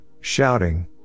shouting